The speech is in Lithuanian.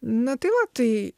na tai va tai